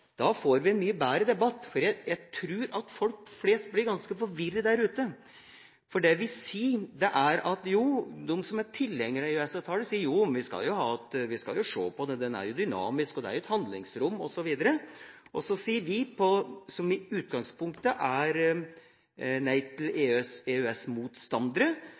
Da får vi en mye bedre debatt. For jeg tror at folk flest blir ganske forvirra der ute. De som er tilhengere av EØS-avtalen, sier at vi skal jo se på det, den er jo dynamisk, det er jo et handlingsrom osv. Og så sier vi som i utgangpunktet er